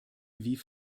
wie